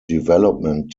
development